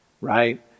right